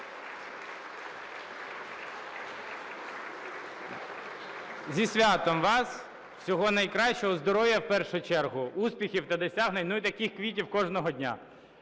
Зі святом вас! Всього найкращого. Здоров'я в першу чергу, успіхів та досягнень і таких квітів кожного дня.